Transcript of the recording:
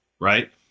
right